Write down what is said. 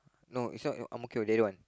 no is not Ang-Mo-Kio that one